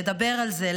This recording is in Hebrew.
לדבר על זה,